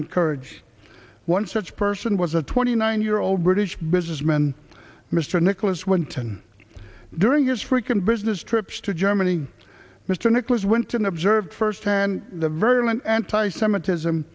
and courage one such person was a twenty nine year old british businessman mr nicholas winton during his fricken business trips to germany mr nicholas winton observed firsthand the variant anti semitism